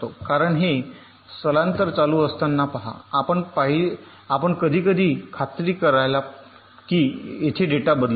कारण हे स्थलांतर चालू असताना पहा आपण कधीकधी खात्री करा की येथे डेटा बदलत नाही